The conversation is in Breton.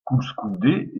koulskoude